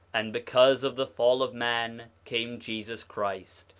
and because of the fall of man came jesus christ,